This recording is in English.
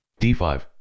D5